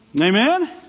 Amen